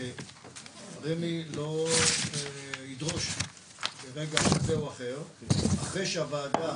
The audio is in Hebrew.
שרמ"י לא ידרוש ברגע כזה או אחר, אחרי שהוועדה